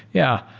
yeah,